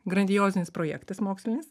grandiozinis projektas mokslinis